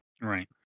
right